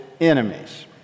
enemies